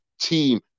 team